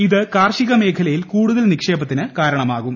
ഇത് കാർഷിക മേഖലയിൽ കൂടുതൽ നിക്ഷേപത്തിന് കാരണമാകും